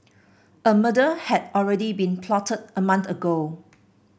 a murder had already been plotted a month ago